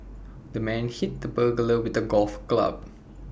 the man hit the burglar with A golf club